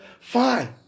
fine